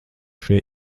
šie